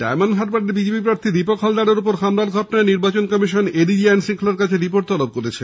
diamond হারবারের BJP প্রার্থী দীপক হালদারের ওপর হামলার ঘটনায় নির্বাচন কমিশন এডিজি আইন শঙ্খলার কাছে রিপোর্ট তলব করেছে